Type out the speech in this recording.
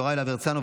יוראי להב הרצנו,